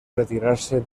retirarse